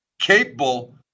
capable